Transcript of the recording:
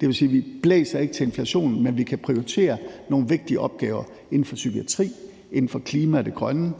det vil sige, at vi ikke puster til inflationen, men at vi kan prioritere nogle vigtige opgaver inden for psykiatrien, inden for klimaet og det grønne,